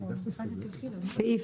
לגבי סעיף